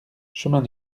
chemin